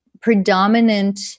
predominant